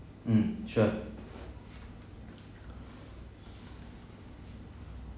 mm sure